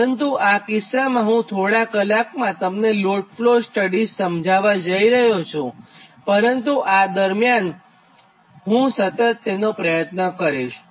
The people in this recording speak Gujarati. પરંતુ આ કિસ્સામાં હું થોડાંક કલાકમાં તમને લોડ ફ્લો સ્ટડીઝ સમજાવ્વા જઇ રહ્યો છુંપરંતુ હું આ દરમિયાન સતત તેનો પ્રયત્ન કરીશ